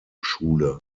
schule